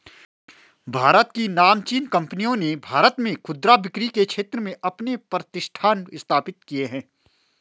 भारत की नामचीन कंपनियों ने भारत में खुदरा बिक्री के क्षेत्र में अपने प्रतिष्ठान स्थापित किए हैं